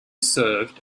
served